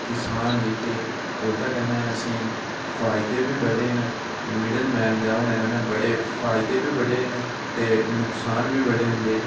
किसान जेह्के ओह्दे कन्नै असें गी फायदे बी बड़े न मिडल मैन दे होने कन्नै फायदे बी बड्डे न ते नुक्सान बी बड़े होंदे न